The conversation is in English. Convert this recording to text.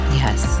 yes